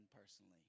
personally